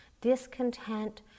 discontent